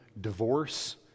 divorce